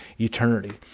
eternity